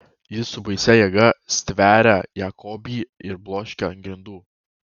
jis su baisia jėga stveria jakobį ir bloškia ant grindų